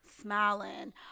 smiling